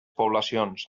poblacions